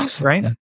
right